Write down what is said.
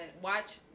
watch